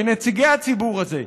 כנציגי הציבור הזה,